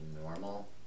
normal